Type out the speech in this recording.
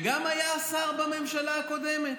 שהיה שר גם בממשלה הקודמת.